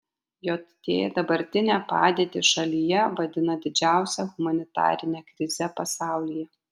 jt dabartinę padėtį šalyje vadina didžiausia humanitarine krize pasaulyje